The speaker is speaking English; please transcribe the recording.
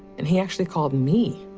and he actually called me.